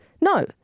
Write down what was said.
No